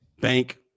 Bank